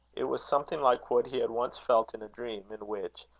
it was something like what he had once felt in a dream, in which,